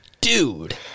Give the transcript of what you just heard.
dude